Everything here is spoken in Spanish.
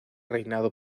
reinado